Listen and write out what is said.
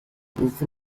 rupfu